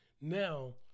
Now